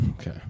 Okay